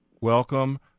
Welcome